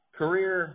career